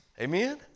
Amen